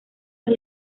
los